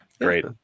great